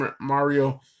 Mario